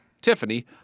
Tiffany